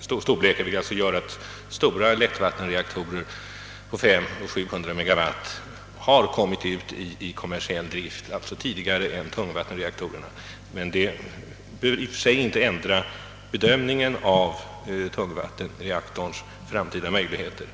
storleken, vilket gör att stora lättvattenreaktorer — på mellan 500 och 700 megawatt — kommer ut i kommersiell drift tidigare än tungvattenreaktorerna. Detta behöver emellertid inte ändra bedömningen av tungvattenreaktorns framtida möjligheter.